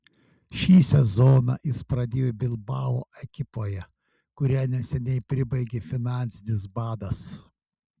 šį sezoną jis pradėjo bilbao ekipoje kurią neseniai pribaigė finansinis badas